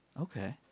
Okay